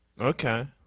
Okay